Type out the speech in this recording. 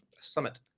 Summit